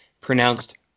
Pronounced